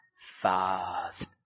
fast